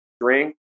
drink